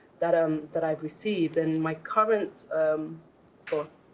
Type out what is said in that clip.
that um that i've received. and my current um boss